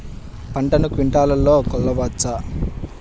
పంటను క్వింటాల్లలో కొలవచ్చా?